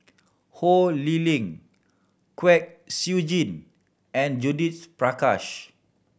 Ho Lee Ling Kwek Siew Jin and Judith Prakash